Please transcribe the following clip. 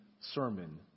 sermon